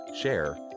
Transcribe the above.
share